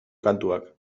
kantuak